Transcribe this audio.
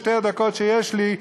בשתי הדקות שיש לי,